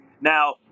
Now